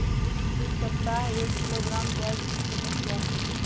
इस सप्ताह एक किलोग्राम प्याज की कीमत क्या है?